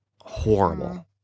horrible